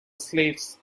slaves